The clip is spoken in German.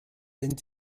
denn